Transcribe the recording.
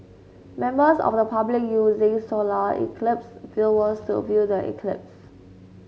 members of the public using solar eclipse viewers to view the eclipse